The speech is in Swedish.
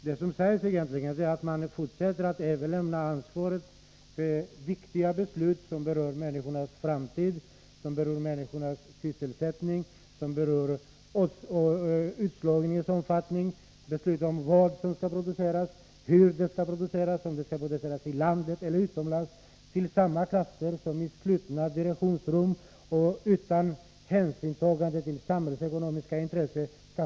Vad som egentligen sägs är att man också i fortsättningen överlämnar ansvaret för viktiga beslut som berör människornas framtid, deras sysselsättning och utslagningens omfattning — beslut som berör vad som skall produceras, hur det skall produceras, om det skall produceras i landet eller utomlands — till samma krafter som i dag fattar besluten i slutna direktionsrum och utan hänsyn till samhällsekonomiska intressen.